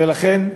ולכן,